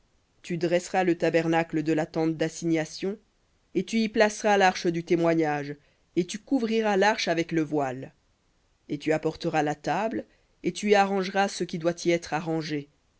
tu dresseras le tabernacle de la tente dassignation et tu y placeras l'arche du témoignage et tu couvriras l'arche avec le voile et tu apporteras la table et tu y arrangeras ce qui doit y être arrangé